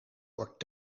wordt